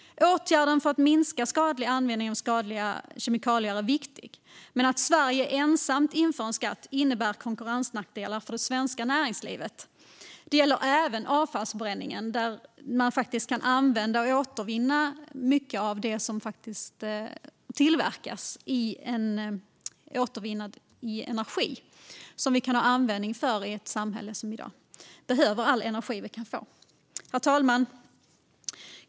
Åtgärder för att minska användningen av skadliga kemikalier är viktiga. Men att Sverige ensamt inför en skatt innebär konkurrensnackdelar för det svenska näringslivet. Det gäller även avfallsförbränningen. Mycket av det som har tillverkats kan användas och återvinnas i form av energi, som vi kan ha användning för i dagens samhälle. Vi behöver all energi vi kan få. Herr talman!